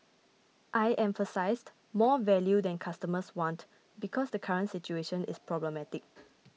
I emphasised more value that customers want because the current situation is problematic